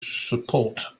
support